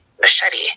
machete